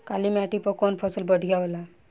काली माटी पर कउन फसल बढ़िया होला?